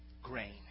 grain